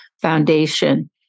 foundation